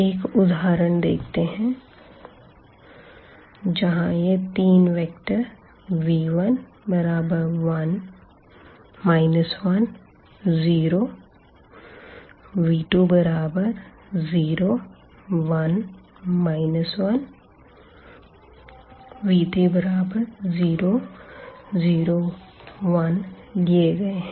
एक उदाहरण देखते हैं जहां यह तीन वेक्टर v11 10v201 1v3001लिए गए हैं